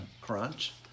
crunch